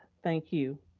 thank you.